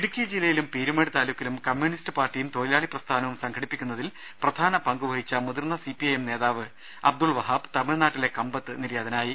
ഇടുക്കി ജില്ലയിലും പീരുമേട് താലൂക്കിലും കമ്യൂണിസ്റ്റ് പാർടിയും തൊഴിലാളി പ്രസ്ഥാനവും സംഘടിപ്പിക്കുന്നതിൽ പ്രധാന പങ്ക് വഹിച്ച മുതിർന്ന സിപിഐഎം നേതാവ് അബ്ദുൾ വഹാബ് തമിഴ്നാട്ടിലെ കമ്പത്ത് നിര്യാതനായി